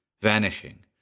vanishing